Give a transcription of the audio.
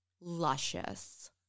luscious